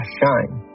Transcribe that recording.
shine